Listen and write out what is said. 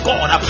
God